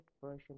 version